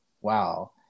wow